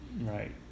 Right